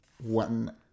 one